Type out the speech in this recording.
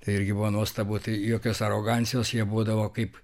tai irgi buvo nuostabu tai jokios arogancijos jie būdavo kaip